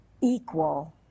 equal